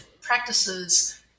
practices